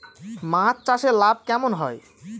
মাছ চাষে লাভ কেমন হয়?